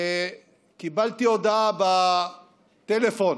וקיבלתי הודעה בטלפון